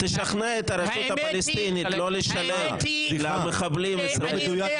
תשכנע את הרשות הפלסטינית לא לשלם למחבלים --- זה לא מדויק,